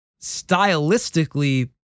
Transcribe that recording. stylistically